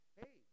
hey